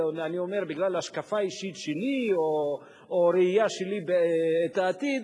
בגלל השקפה אישית שלי או ראייה שלי את העתיד,